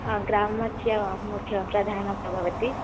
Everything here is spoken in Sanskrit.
ग्रामस्य मुख्यः प्राधानः भवति